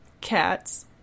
Cats